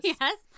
Yes